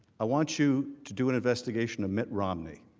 i want you to do an investigation of mitt romney.